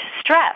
stress